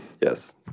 Yes